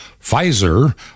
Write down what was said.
Pfizer